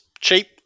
cheap